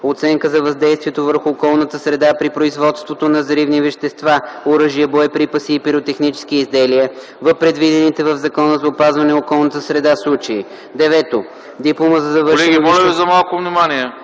оценка за въздействието върху околната среда при производството на взривни вещества, оръжия, боеприпаси и пиротехнически изделия в предвидените в Закона за опазване на околната среда случаи; 9. диплома за завършено висше образование